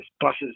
Buses